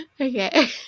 Okay